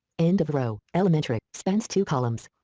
end of row, elementary. spans two columns.